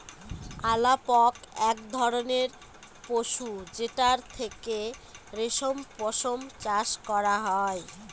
আলাপক এক ধরনের পশু যেটার থেকে রেশম পশম চাষ করা হয়